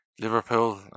Liverpool